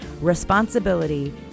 responsibility